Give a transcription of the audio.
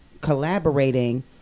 collaborating